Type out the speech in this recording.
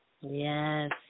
Yes